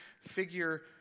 figure